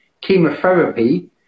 chemotherapy